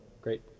great